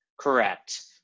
Correct